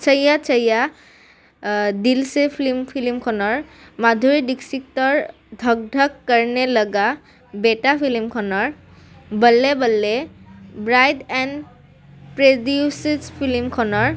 চইয়া চইয়া দিলছে ফ্লিম ফিল্মখনৰ মাধুৰী ডিক্সিটৰ ধক ধক কৰ্ণে লগা বেটা ফিলিমখনৰ বল্লে বল্লে ব্ৰাইড এণ্ড প্ৰেডিউচেজ ফিল্মখনৰ